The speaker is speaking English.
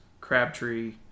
Crabtree